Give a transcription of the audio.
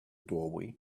doorway